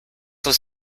was